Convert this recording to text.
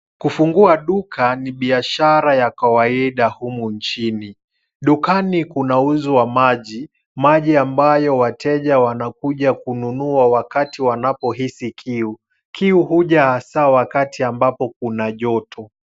Kufungua duka ni biashara ya kawaida humu nchini. Dukani kunauzwa maji, maji ambayo wateja wanakuja kununua wakati wanapohisi kiu. Kiu huja hasaa wakati ambapo kuna joto.